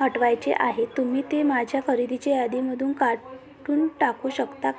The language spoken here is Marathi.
हटवायचे आहे तुम्ही ते माझ्या खरेदीच्या यादीमधून काढून टाकू शकता का